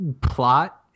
plot